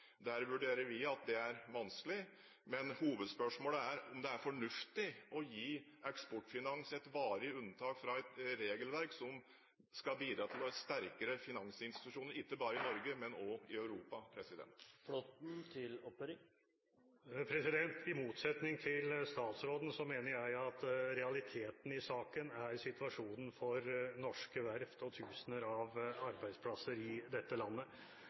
Der vurderer vi det slik at det er vanskelig. Hovedspørsmålet er om det er fornuftig å gi Eksportfinans et varig unntak fra et regelverk som skal bidra til å få sterkere finansinstitusjoner ikke bare i Norge, men også i Europa. I motsetning til statsråden mener jeg at realiteten i saken er situasjonen for norske verft og tusener av arbeidsplasser i dette landet.